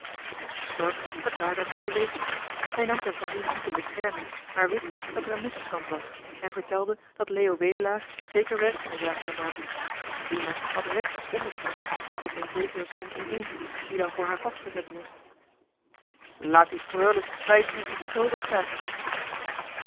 stork verklaarde ervan te weten hij nam zijn familie niet in bescherming maar wist dat er een misverstand was en vertelde dat leo wedelaar zeker werk van de zaak zou maken dina had recht op onderstand of op een zekere som ineens die dan voor haar vastgezet moest laat die frulles tweiduusend